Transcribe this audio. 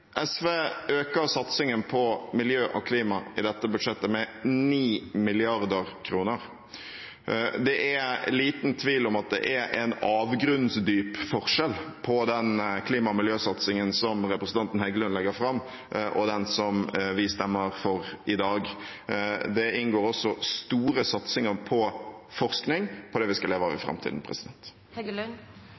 SV øker satsingen på miljø og klima i dette budsjettet med 9 mrd. kr. Det er liten tvil om at det er en avgrunnsdyp forskjell på klima- og miljøsatsingen som representanten Heggelund legger fram, og den vi stemmer for i dag. Der inngår også store satsinger på forskning på det vi skal leve av i framtiden.